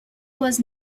was